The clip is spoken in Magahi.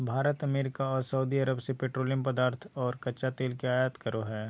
भारत अमेरिका आर सऊदीअरब से पेट्रोलियम पदार्थ आर कच्चा तेल के आयत करो हय